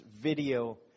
video